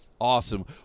Awesome